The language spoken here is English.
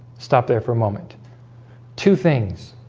stop there for a moment two things